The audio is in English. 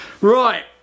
Right